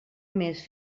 més